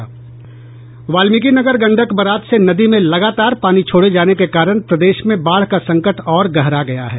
Valmikinagar Gandak barrage से नदी में लगातार पानी छोड़े जाने के कारण प्रदेश में बाढ़ का संकट और गहरा गया है